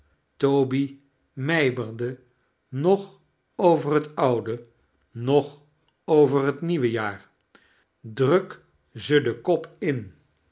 toby mijmerde noch over liet oude npeh over lueit nieuwe jaar i druk zo don kop in